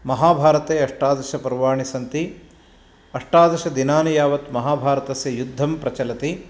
महाभारते अष्टादशपर्वानि सन्ति अष्टादशदिनानि यावत् महाभारतस्य युद्धं प्रचलति